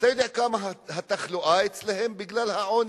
אתה יודע כמה תחלואה יש אצלם בגלל העוני?